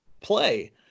play